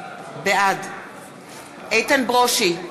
בעד איתן ברושי,